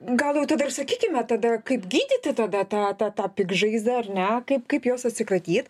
gal jau tada ir sakykime tada kaip gydyti tada tą tą tą piktžaizdę ar ne kaip kaip jos atsikratyt